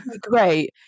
great